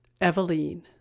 eveline